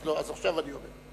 אז עכשיו אני אומר.